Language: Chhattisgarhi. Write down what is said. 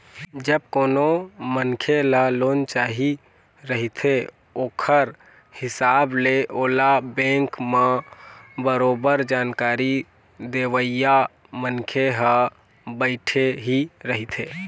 जब कोनो मनखे ल लोन चाही रहिथे ओखर हिसाब ले ओला बेंक म बरोबर जानकारी देवइया मनखे ह बइठे ही रहिथे